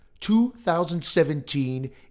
2017